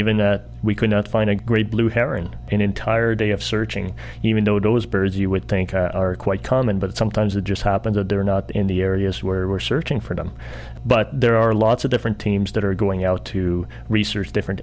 even we could not find a great blue heron an entire day of searching even though those birds you would think are quite common but sometimes it just happens that they're not in the areas where we're searching for them but there are lots of different teams that are going out to research different